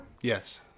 Yes